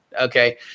Okay